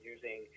Using